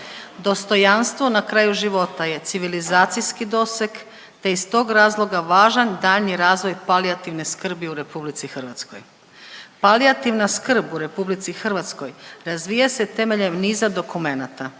Dostojanstvo na kraju života je civilizacijski doseg, te iz tog razloga važan daljnji razvoj palijativne skrbi u RH. Palijativna skrb u RH razvija se temeljem niza dokumenata,